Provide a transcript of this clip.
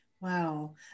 Wow